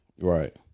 Right